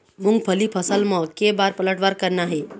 मूंगफली फसल म के बार पलटवार करना हे?